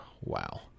wow